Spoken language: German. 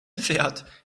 fährt